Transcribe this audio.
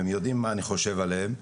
הם יודעים מה אני חושב עליהם,